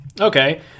Okay